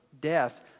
death